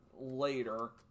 later